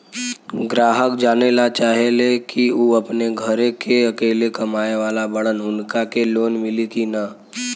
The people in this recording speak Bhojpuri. ग्राहक जानेला चाहे ले की ऊ अपने घरे के अकेले कमाये वाला बड़न उनका के लोन मिली कि न?